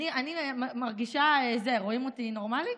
אני מרגישה, רואים אותי נורמלי?